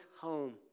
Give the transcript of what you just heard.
home